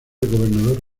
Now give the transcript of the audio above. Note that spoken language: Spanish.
gobernador